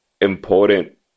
important